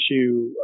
issue